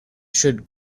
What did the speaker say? should